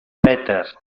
peter